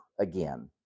again